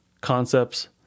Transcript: concepts